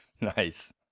Nice